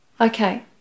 Okay